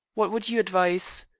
what would you advise?